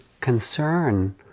concern